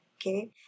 Okay